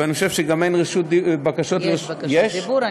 ואני חושב שגם אין בקשות, יש בקשות דיבור.